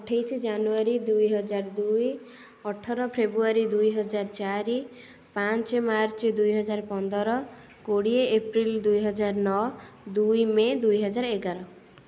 ଅଠେଇଶ ଜାନୁୟାରୀ ଦୁଇ ହଜାର ଦୁଇ ଅଠର ଫେବୃଆରୀ ଦୁଇ ହଜାର ଚାରି ପାଞ୍ଚ ମାର୍ଚ୍ଚ ଦୁଇ ହଜାର ପନ୍ଦର କୋଡ଼ିଏ ଏପ୍ରିଲ୍ ଦୁଇ ହଜାର ନଅ ଦୁଇ ମେ ଦୁଇ ହଜାର ଏଗାର